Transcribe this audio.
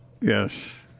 Yes